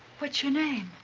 what's your name?